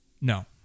No